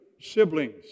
siblings